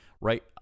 right